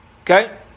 okay